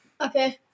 Okay